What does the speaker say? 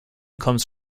comes